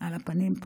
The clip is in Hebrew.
על הפנים פה.